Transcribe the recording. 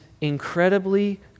incredibly